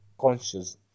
conscious